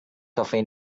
cafe